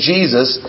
Jesus